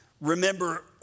remember